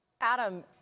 Adam